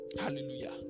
Hallelujah